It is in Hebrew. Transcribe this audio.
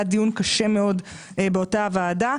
היה דיון קשה מאוד באותה ועדה.